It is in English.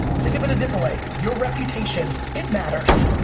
think of it a different way, your reputation, it matters.